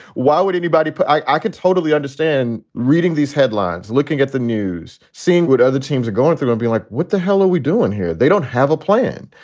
why would anybody but i could totally understand reading these headlines, looking at the news, seeing what other teams are going through, going to be like, what the hell are we doing here? they don't have a plan.